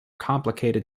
complicated